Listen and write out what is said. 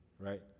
right